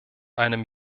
einem